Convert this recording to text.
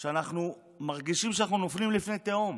שאנחנו מרגישים שאנחנו נופלים לפי תהום.